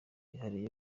yihariye